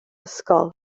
ysgol